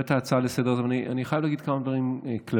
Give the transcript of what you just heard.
אני רואה את ההצעה לסדר-היום הזאת ואני חייב להגיד כמה דברים כלליים.